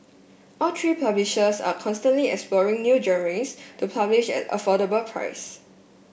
all three publishers are constantly exploring new genres to publish at affordable price